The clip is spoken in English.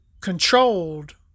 controlled